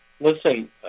listen